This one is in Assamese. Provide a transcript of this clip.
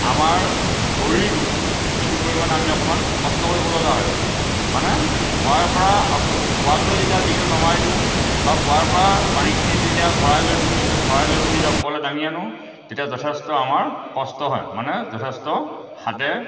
আমাৰ শৰীৰটো কিছু পৰিমাণে আমি অকণমাণ কষ্ট কৰিবলগা হয় মানে কুঁৱাৰ পৰা কুঁৱাটোলৈ যেতিয়া টিংটো নমাই দিওঁ বা কুঁৱাৰ পৰা পানীখিনি যেতিয়া ভৰাই লৈ পিনি টিংটোত ভৰাই লৈ পেনি যেতিয়া ওপৰলৈ দাঙি আনো তেতিয়া যথেষ্ট আমাৰ কষ্ট হয় মানে যথেষ্ট হাতেৰে